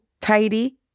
tidy